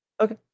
Okay